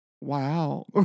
wow